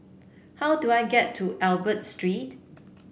how do I get to Albert Street